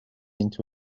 into